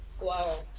wow